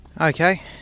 Okay